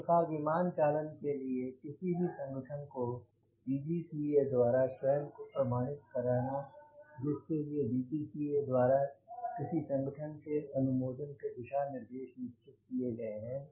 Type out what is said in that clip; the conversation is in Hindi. इस प्रकार विमान चालन के लिए किसी भी संगठन को DGCA द्वारा स्वयं को प्रमाणित कराना जिसके लिए DGCA द्वारा किसी संगठन के अनुमोदन के लिए दिशा निर्देश निश्चित किए गए हैं